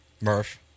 Murph